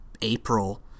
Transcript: April